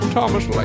Thomas